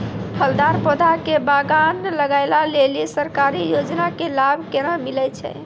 फलदार पौधा के बगान लगाय लेली सरकारी योजना के लाभ केना मिलै छै?